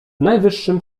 najwyższym